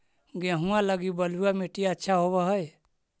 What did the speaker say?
गेहुआ लगी बलुआ मिट्टियां अच्छा होव हैं?